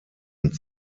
und